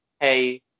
hey